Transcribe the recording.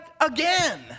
again